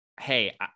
hey